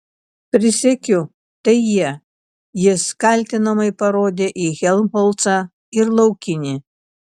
prisiekiu tai jie jis kaltinamai parodė į helmholcą ir laukinį